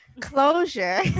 closure